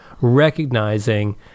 recognizing